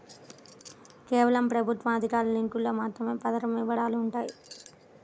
కేవలం ప్రభుత్వ అధికారిక లింకులో మాత్రమే పథకం వివరాలు వుంటయ్యి